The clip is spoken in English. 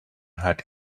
had